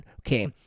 okay